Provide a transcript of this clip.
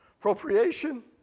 appropriation